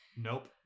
Nope